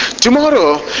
Tomorrow